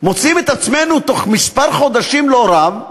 תוך מספר חודשים לא רב,